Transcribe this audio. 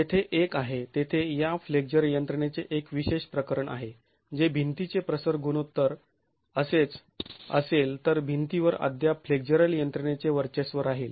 तेथे एक आहे तेथे या फ्लेक्झर यंत्रणेचे एक विशेष प्रकरण आहे जे भिंतीचे प्रसर गुणोत्तर असेच असेल तर भिंतीवर अद्याप फ्लेक्झरल यंत्रणेचे वर्चस्व राहील